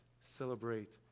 celebrate